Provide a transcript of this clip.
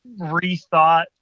rethought